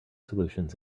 solutions